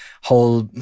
whole